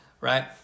right